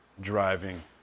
driving